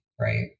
right